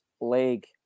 leg